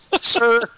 sir